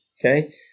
okay